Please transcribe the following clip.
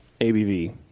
ABV